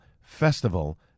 Festival